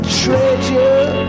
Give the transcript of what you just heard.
treasure